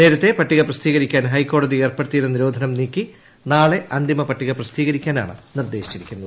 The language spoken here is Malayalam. നേരത്തെ പട്ടിക പ്രസിദ്ധീകരിക്കാൻ ഹൈക്കോടതി ഏർപ്പെടുത്തിയി രുന്ന നിരോധനം നീക്കി നാളെ അന്തിമ പട്ടിക പ്രസിദ്ധീകരി ക്കാനാണ് നിർദേശിച്ചിരിക്കുന്നത്